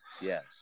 Yes